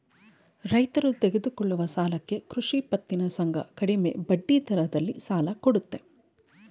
ರೈತರು ತೆಗೆದುಕೊಳ್ಳುವ ಸಾಲಕ್ಕೆ ಕೃಷಿ ಪತ್ತಿನ ಸಂಘ ಕಡಿಮೆ ಬಡ್ಡಿದರದಲ್ಲಿ ಸಾಲ ಕೊಡುತ್ತೆ